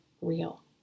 real